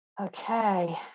okay